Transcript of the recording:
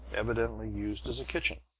evidently used as a kitchen.